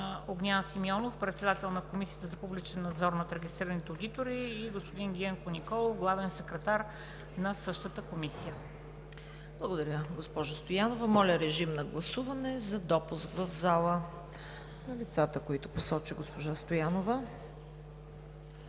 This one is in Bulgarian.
Огнян Симеонов – председател на Комисията за публичен надзор над регистрираните одитори, и господин Генко Николов – главен секретар на същата комисия. ПРЕДСЕДАТЕЛ ЦВЕТА КАРАЯНЧЕВА: Благодаря, госпожо Стоянова. Моля, режим на гласуване за допуск в залата на лицата, които посочи госпожа Стоянова.